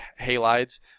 halides